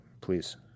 Please